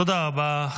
תודה רבה.